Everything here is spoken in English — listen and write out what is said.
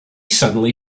suddenly